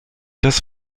das